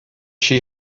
she